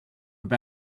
have